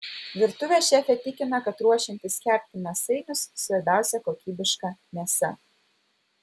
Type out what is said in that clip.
virtuvės šefė tikina kad ruošiantis kepti mėsainius svarbiausia kokybiška mėsa